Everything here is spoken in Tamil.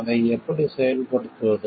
அதை எப்படி செயல்படுத்துவது